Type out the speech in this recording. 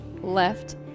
left